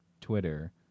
Twitter